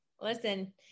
Listen